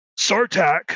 Sartak